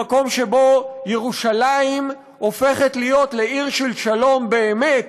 למקום שבו ירושלים הופכת להיות לעיר של שלום באמת,